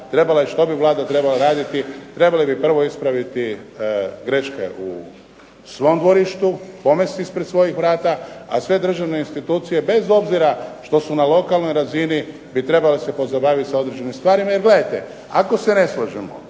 trebala i što bi Vlada trebala raditi, trebali bi prvo ispraviti greške u svom dvorištu, pomesti ispred svojih vrata, a sve državne institucije bez obzira što su na lokalnoj razini bi se trebali pozabaviti određenim stvarima, jer gledajte, ako se ne slažemo,